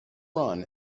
run